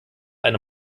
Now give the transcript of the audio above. eine